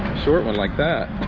short one like that,